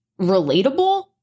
relatable